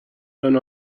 going